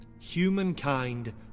Humankind